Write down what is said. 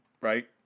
Right